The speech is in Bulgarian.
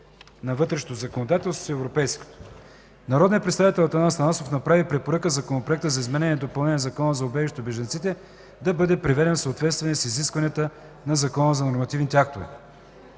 на вътрешното ни законодателство с европейското. Народният представител Атанас Атанасов направи препоръка Законопроектът за изменение и допълнение на Закона за убежището и бежанците да бъде приведен в съответствие с изискванията на Закона за нормативните актове.